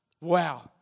Wow